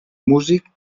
músic